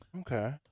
Okay